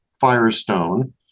Firestone